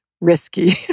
risky